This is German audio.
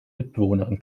mitbewohnerin